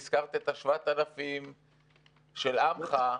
והזכרת את ה-7,000 של "עמך",